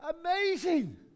Amazing